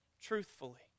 truthfully